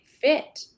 fit